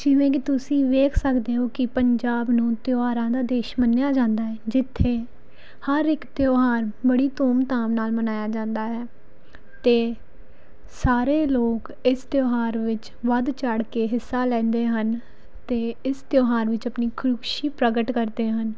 ਜਿਵੇਂ ਕਿ ਤੁਸੀਂ ਵੇਖ ਸਕਦੇ ਹੋ ਕਿ ਪੰਜਾਬ ਨੂੰ ਤਿਉਹਾਰਾਂ ਦਾ ਦੇਸ਼ ਮੰਨਿਆ ਜਾਂਦਾ ਹੈ ਜਿੱਥੇ ਹਰ ਇੱਕ ਤਿਉਹਾਰ ਬੜੀ ਧੂਮਧਾਮ ਨਾਲ ਮਨਾਇਆ ਜਾਂਦਾ ਹੈ ਅਤੇ ਸਾਰੇ ਲੋਕ ਇਸ ਤਿਉਹਾਰ ਵਿੱਚ ਵੱਧ ਚੜ੍ਹ ਕੇ ਹਿੱਸਾ ਲੈਂਦੇ ਹਨ ਅਤੇ ਇਸ ਤਿਉਹਾਰ ਵਿੱਚ ਆਪਣੀ ਖੁਸ਼ੀ ਪ੍ਰਗਟ ਕਰਦੇ ਹਨ